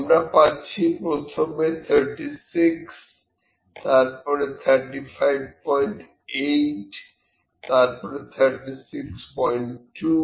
আমরা পাচ্ছি প্রথমে 36 তারপরে 358 তারপরে 362